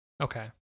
Okay